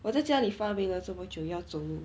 我在家里发霉了这么久要走路